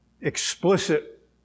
explicit